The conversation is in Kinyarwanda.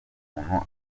umuntu